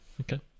Okay